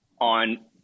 on